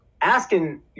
Asking